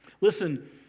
Listen